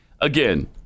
again